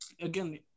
again